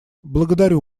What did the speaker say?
благодарю